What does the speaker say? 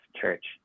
church